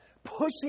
Pushing